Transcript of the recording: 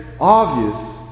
Obvious